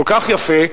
כל כך יפה,